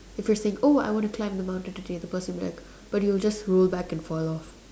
the first thing oh I want to climb the mountain today the person will be like but you will just roll back and fall off